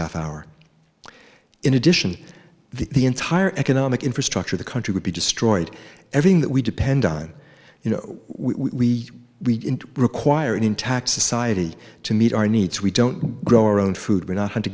half hour in addition the entire economic infrastructure the country would be destroyed everything that we depend on you know we we require an intact society to meet our needs we don't grow our own food w